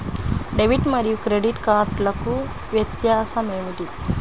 Debit మరియు credit కార్డ్లకు వ్యత్యాసమేమిటీ?